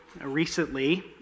recently